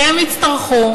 כשהם יצטרכו,